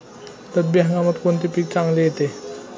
रब्बी हंगामात कोणते पीक चांगले येते?